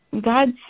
God's